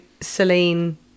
Celine